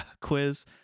quiz